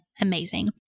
amazing